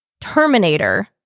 Terminator